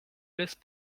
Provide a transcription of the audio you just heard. laisse